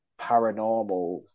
paranormal